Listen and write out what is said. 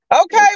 Okay